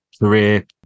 career